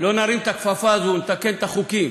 לא נרים את הכפפה, נתקן את החוקים